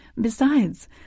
Besides